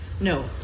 No